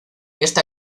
esta